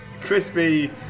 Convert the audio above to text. Crispy